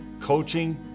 coaching